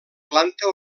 planta